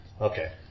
Okay